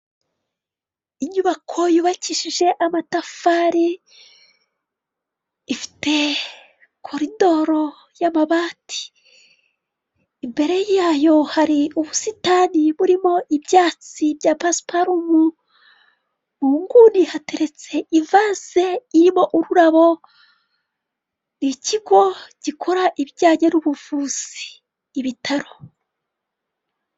Inyubako yubakishije amatafari, ifite koridoro y'amabati, imbere yayo hari ubusitani burimo ibyatsi bya basiparumu, ubuguni hateretse ivanse irimo ururabo, ni ikigo gikora ibijyanyanye n'ubuvuzi ibitaro.